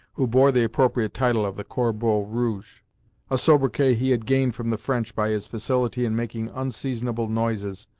who bore the appropriate title of the corbeau rouge a sobriquet he had gained from the french by his facility in making unseasonable noises,